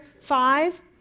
five